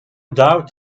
doubt